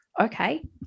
Okay